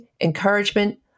encouragement